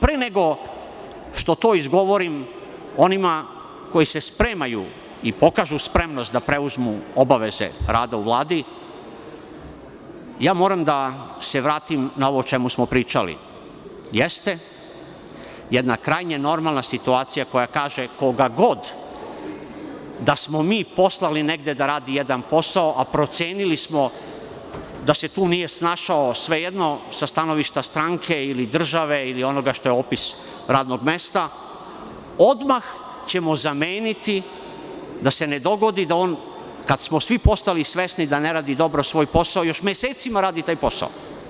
Pre nego što to izgovorim onima koji se spremaju i pokažu spremnost da preuzmu obaveze rada u Vladi, moram da se vratim na ovo o čemu smo pričali, jeste jedna krajnje normalna situacija koja kaže da koga god da smo poslali negde da radi jedan posao, a procenili smo da se tu nije snašao, svejedno sa stanovišta stranke ili države ili onoga što je opis radnog mesta, odmah ćemo zameniti da se ne dogodi da on kada smo svi postali svesni da ne rade dobro svoj posao, još mesecima radi svoj posao.